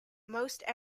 most